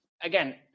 again